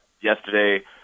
yesterday